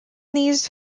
these